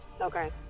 Okay